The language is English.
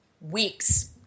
weeks